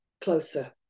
closer